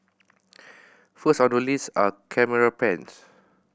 first on the list are camera pens